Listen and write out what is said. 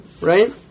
right